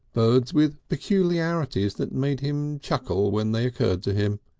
birds with peculiarities that made him chuckle when they occurred to him.